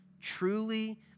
truly